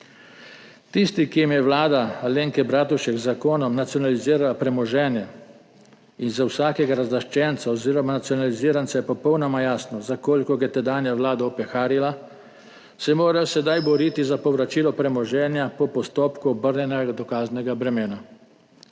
Tisti, ki jim je vlada Alenke Bratušek z zakonom nacionalizirala premoženje, in za vsakega razlaščenca oziroma nacionaliziranca je popolnoma jasno, za koliko ga je tedanja vlada opeharila, se mora sedaj boriti za povračilo premoženja po postopku obrnjenega dokaznega bremena.